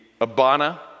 abana